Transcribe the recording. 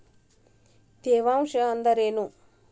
ತೇವಾಂಶ ಅಂದ್ರೇನು?